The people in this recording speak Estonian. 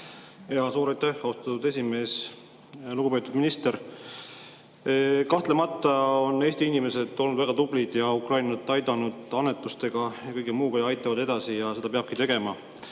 Suur aitäh, austatud esimees! Lugupeetud minister! Kahtlemata on Eesti inimesed olnud väga tublid ja Ukrainat aidanud annetustega ja kõige muuga ning aitavad ka edasi. Seda peabki tegema.